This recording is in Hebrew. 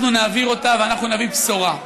אנחנו נעביר אותה ואנחנו נביא בשורה.